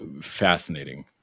fascinating